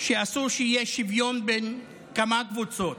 שאסור שיהיה שוויון בין כמה קבוצות: